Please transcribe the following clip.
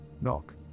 Knock